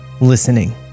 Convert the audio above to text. listening